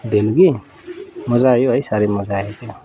बेलुकी मजा आयो है साह्रै मजा आयो त्यहाँ